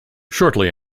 shortly